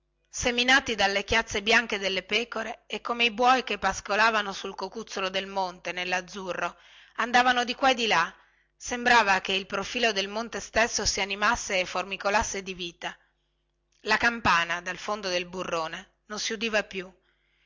seminati dalle chiazze bianche delle pecore e come i buoi che pascolavano sul cocuzzolo del monte nellazzurro andavano di qua e di là sembrava che il profilo del monte stesso si animasse e formicolasse di vita la campana dal fondo del